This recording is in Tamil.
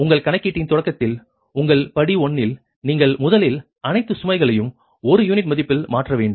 எனவே உங்கள் கணக்கீட்டின் தொடக்கத்தில் உங்கள் படி 1 இல் நீங்கள் முதலில் அனைத்து சுமைகளையும் ஒரு யூனிட் மதிப்பில் மாற்ற வேண்டும்